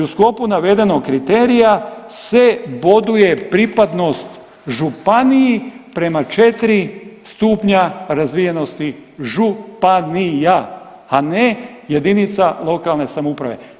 I u sklopu navedenog kriterija se boduje pripadnost županiji prema 4 stupnja razvijenosti županija, a ne jedinica lokalne samouprave.